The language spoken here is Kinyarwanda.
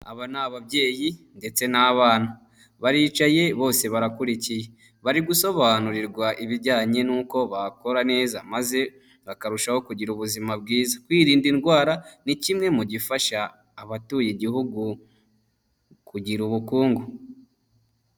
Aba ni ababyeyi ndetse n'abana baricaye bose barakurikiye bari gusobanurirwa ibijyanye n'uko bakora neza maze bakarushaho kugira ubuzima bwiza. Kwirinda indwara ni kimwe mu gifasha abatuye igihugu kugira ubukungu.